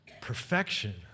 Perfection